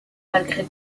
malgré